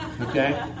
Okay